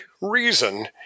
reason